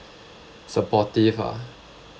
supportive ah